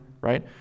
right